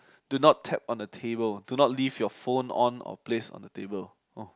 do not tap on the table do not leave your phone on or place on the table orh